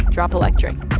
drop electric,